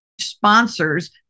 sponsors